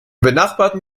benachbarten